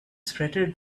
spread